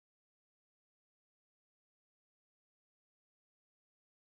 ya we show all the best with qian-tong you know yuan-qian-tong